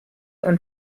und